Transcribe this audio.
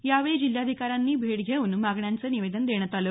यावेळी जिल्हाधिकाऱ्यांची भेट घेऊन मागण्यांचं निवेदन देण्यात आलं